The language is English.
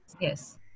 yes